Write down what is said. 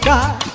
God